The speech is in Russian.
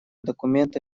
документа